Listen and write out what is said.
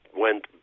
went